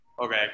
Okay